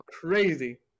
crazy